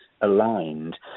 aligned